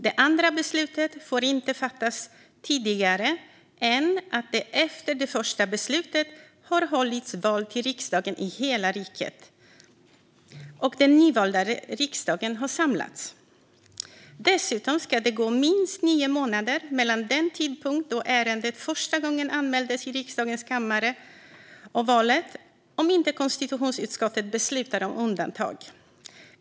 Det andra beslutet får inte fattas tidigare än att det efter det första beslutet har hållits val till riksdagen i hela riket och den nyvalda riksdagen har samlats. Dessutom ska det gå minst nio månader mellan den tidpunkt då ärendet första gången anmäldes i riksdagens kammare och valet, om inte konstitutionsutskottet beslutar om undantag.